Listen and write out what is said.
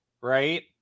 right